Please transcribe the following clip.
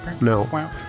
no